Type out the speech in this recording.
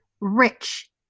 rich